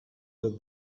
did